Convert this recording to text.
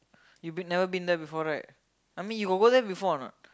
you been never been there before right I mean you got go there before or not